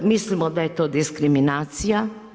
Mislim da je to diskriminacija.